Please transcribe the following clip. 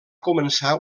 començar